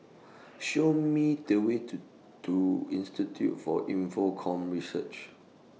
Show Me The Way to to Institute For Infocomm Research